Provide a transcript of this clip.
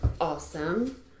awesome